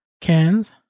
cans